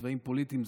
הצבעים הפוליטיים,